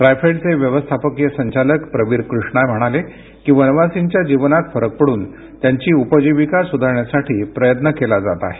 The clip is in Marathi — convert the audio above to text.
ट्रायफेडचे व्यवस्थापकीय संचालक प्रवीर कृष्णा म्हणाले की वनवासींच्या जीवनात फरक पडून त्यांची उपजीविका सुधारण्यासाठी प्रयत्न केला जात आहे